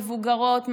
מבוגרות,